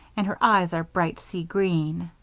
and her eyes are bright sea-green.